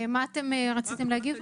מה אתם רציתם להגיד?